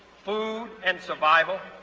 food, and survival,